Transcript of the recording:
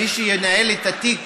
מי שינהל את התיק